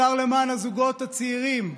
שר למען הזוגות הצעירים.